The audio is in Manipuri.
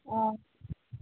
ꯑꯥ